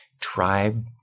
tribe